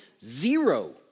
zero